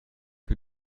que